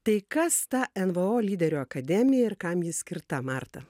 tai kas ta nvo lyderių akademija ir kam ji skirta marta